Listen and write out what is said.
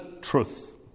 truth